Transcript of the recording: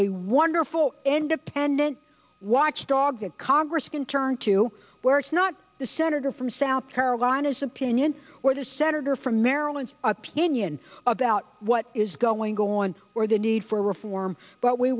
a wonderful independent watchdog of congress can turn to where it's not the senator from south carolina's opinion where the senator from maryland opinion about what is going on where the need for reform but we